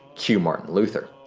cue martin luther.